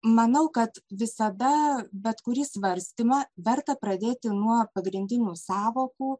manau kad visada bet kurį svarstymą verta pradėti nuo pagrindinių sąvokų